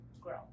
grow